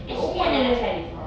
actually I never try before